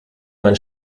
man